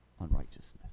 unrighteousness